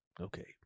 Okay